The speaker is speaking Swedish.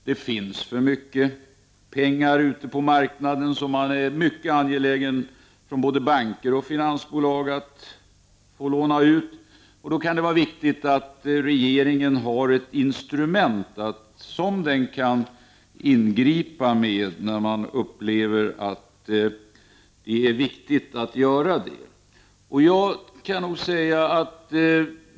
Det finns ute på marknaden för mycket pengar, som både banker och finansbolag är mycket angelägna om att få låna ut, och då är det bra att regeringen har ett instrument, som den kan ingripa med när den upplever att det är viktigt att göra det.